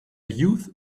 youth